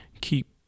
keep